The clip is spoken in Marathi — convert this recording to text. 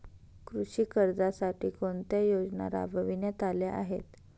कृषी कर्जासाठी कोणत्या योजना राबविण्यात आल्या आहेत?